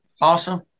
Awesome